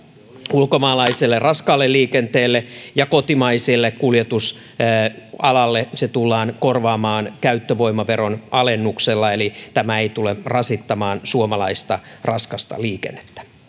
ulkomaalaiselle raskaalle liikenteelle kotimaiselle kuljetusalalle se tullaan korvaamaan käyttövoimaveron alennuksella eli tämä ei tule rasittamaan suomalaista raskasta liikennettä